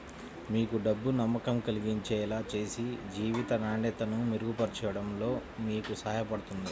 మీకు డబ్బు నమ్మకం కలిగించేలా చేసి జీవిత నాణ్యతను మెరుగుపరచడంలో మీకు సహాయపడుతుంది